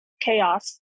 chaos